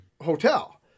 hotel